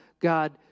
God